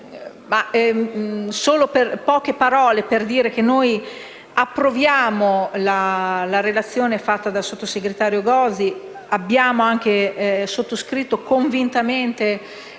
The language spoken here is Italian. alcune brevi parole per dire che noi approviamo la relazione fatta dal sottosegretario Gozi e abbiamo sottoscritto convintamente